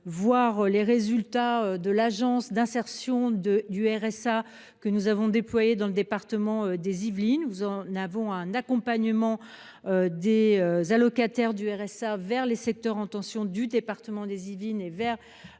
voir les résultats de l'agence d'insertion du RSA que nous avons installée dans le département des Yvelines. On y assure un accompagnement des allocataires du RSA vers les secteurs en tension dans le département, vers les